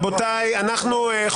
שום דבר קונסטרוקטיבי לא היה פה.